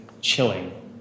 chilling